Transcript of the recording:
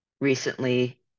recently